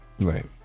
Right